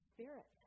Spirit